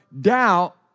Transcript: doubt